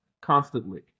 constantly